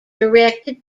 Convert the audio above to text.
directed